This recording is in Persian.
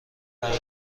برای